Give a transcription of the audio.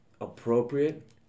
appropriate